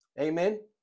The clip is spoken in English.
Amen